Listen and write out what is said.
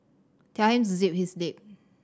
tell him to zip his lip